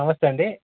నమస్తే అండి